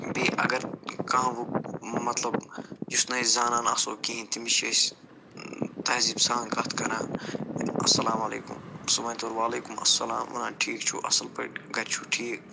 بیٚیہ اگر کانٛہہ وُ مطلب یُس نہٕ أسۍ زانان آسو کِہیٖنۍ تٔمِس چھِ أسۍ تہذیٖب سان کتھ کَران اَسَلام علیکُم سُہ وَنہِ تورٕ وعلیکُم اَسَلام وَنان ٹھیٖک چھُو اَصٕل پٲٹھۍ گَرِ چھُو ٹھیٖک